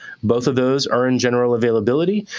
both of those are in general availability.